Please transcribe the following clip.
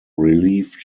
relief